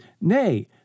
nay